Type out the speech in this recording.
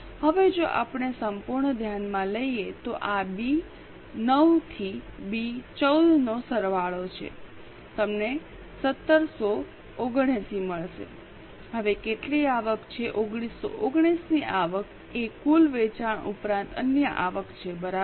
હવે જો આપણે સંપૂર્ણ ધ્યાનમાં લઈએ તો આ બી 9 થી બી 14 નો સરવાળો છે તમને 1779 મળશે હવે કેટલી આવક છે 1919 ની આવક એ કુલ વેચાણ ઉપરાંત અન્ય આવક છે બરાબર